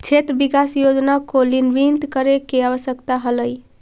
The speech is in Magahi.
क्षेत्र विकास योजना को निलंबित करे के आवश्यकता हलइ